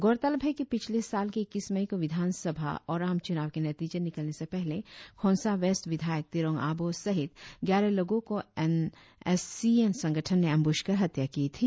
गौरतलब है कि पिछले साल के इक्कीस मई को विधान सभा और आम चूनाव के नतीजे निकलने से पहले खोंसा वेस्ट विद्यायक तिरोंग आबोह सहित ग्यारह लोगों को एन एस सी एन संगठन ने एमबूश कर हत्या की थी